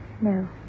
No